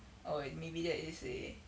or maybe that is a